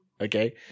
Okay